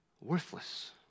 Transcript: worthless